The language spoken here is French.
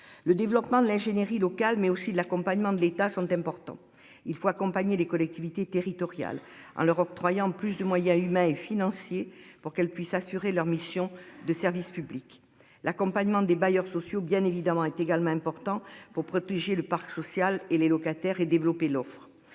Le développement de l'ingénierie l'eau. Karl mais aussi de l'accompagnement de l'État sont importants, il faut accompagner les collectivités territoriales en leur octroyant plus de moyens humains et financiers pour qu'elle puisse assurer leur mission de service public, l'accompagnement des bailleurs sociaux bien évidemment est également important pour protéger le parc social et les locataires et développer l'offre.